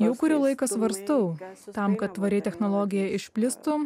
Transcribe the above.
jau kurį laiką svarstau tam kad tvari technologija išplistų